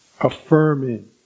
affirming